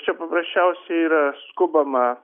čia paprasčiausiai yra skubama